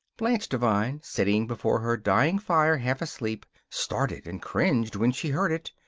blanche devine, sitting before her dying fire half asleep, started and cringed when she heard it,